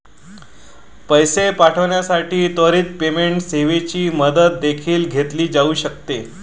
पैसे पाठविण्यासाठी त्वरित पेमेंट सेवेची मदत देखील घेतली जाऊ शकते